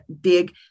big